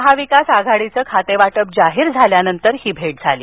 महाविकास आघाडीचं खातेवाटप जाहीर झाल्यानंतर ही भेट झाली